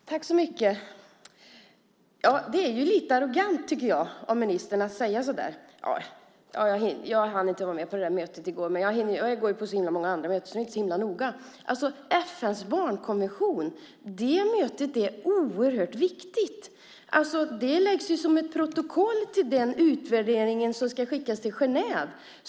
Herr talman! Jag tycker att det är lite arrogant att säga som ministern sade: Ja, jag hann inte vara med på det där mötet i går. Men jag går ju på så himla många andra möten så det är inte så himla noga. Men mötet om FN:s barnkonvention är oerhört viktigt. Det som sägs där läggs som ett protokoll till den utvärdering som ska skickas till Genève.